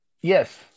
Yes